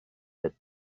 that